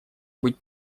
быть